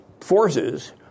forces